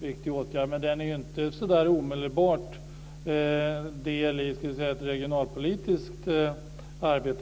viktig åtgärd. Men den är ju inte så där omedelbart del i ett regionalpolitiskt arbete.